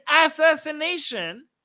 assassination